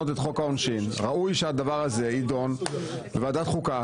את חוק העונשין ראוי שהדבר הזה יידון בוועדת החוקה,